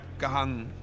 gehangen